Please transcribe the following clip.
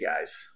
guys